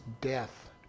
death